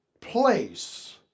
place